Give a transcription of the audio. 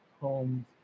homes